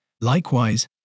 Likewise